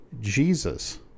jesus